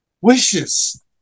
wishes